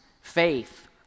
faith